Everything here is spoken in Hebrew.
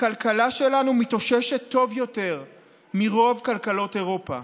הכלכלה שלנו מתאוששת טוב יותר מרוב כלכלות אירופה.